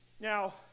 Now